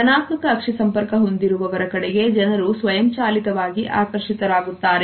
ಧನಾತ್ಮಕ ಅಕ್ಷಿ ಸಂಪರ್ಕ ಹೊಂದಿರುವವರ ಕಡೆಗೆ ಜನರು ಸ್ವಯಂಚಾಲಿತವಾಗಿ ಆಕರ್ಷಿತರಾಗುತ್ತಾರೆ